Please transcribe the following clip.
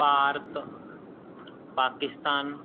Bharat Pakistan